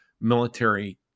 military